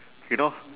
you know